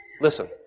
listen